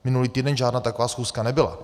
Minulý týden žádná taková schůzka nebyla.